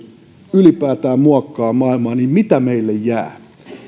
ylipäätään muokkaavat maailmaa niin mitä meille jää meillä